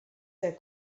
der